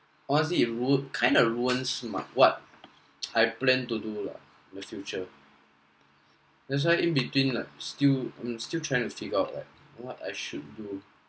honestly ruined it kind of ruined my what I plan to do lah in the future that's why in between like still I'm still trying to figure out like what I should do